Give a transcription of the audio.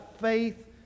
faith